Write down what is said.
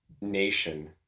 nation